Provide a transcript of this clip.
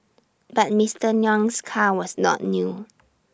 but Mister Nguyen's car was not new